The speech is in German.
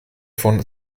von